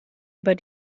über